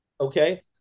Okay